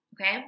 Okay